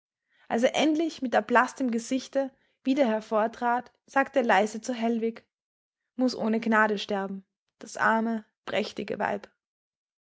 als er endlich mit erblaßtem gesichte wieder hervortrat sagte er leise zu hellwig muß ohne gnade sterben das arme prächtige weib